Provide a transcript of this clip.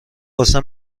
واسه